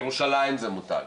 ירושלים זה מותג.